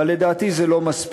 אבל, לדעתי, זה לא מספיק.